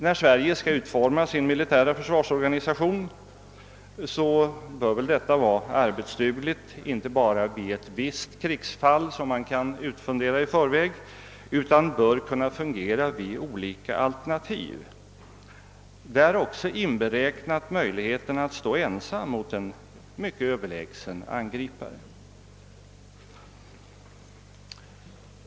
När Sverige skall utforma sin militära försvarsorganisation bör väl denna inte bara göras arbetsduglig i ett visst krigsfall, som man kan utfundera i förväg, utan den bör kunna fun gera vid olika alternativ, däri också inberäknat möjligheten att stå ensam mot en mycket överlägsen angripare.